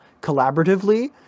collaboratively